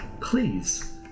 Please